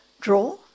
draw